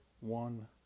one